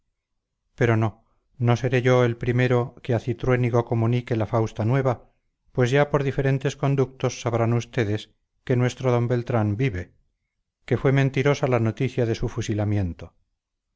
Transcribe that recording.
pero no no seré yo el primero que a cintruénigo comunique la fausta nueva pues ya por diferentes conductos sabrán ustedes que nuestro d beltrán vive que fue mentirosa la noticia de su fusilamiento